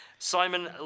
Simon